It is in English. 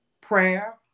prayer